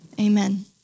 Amen